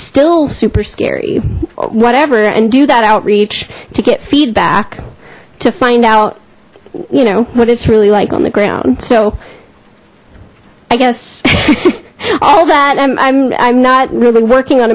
still super scary whatever and do that outreach to get feedback to find out you know what it's really like on the ground so i guess all that i'm not really working on